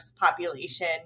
population